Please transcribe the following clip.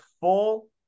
full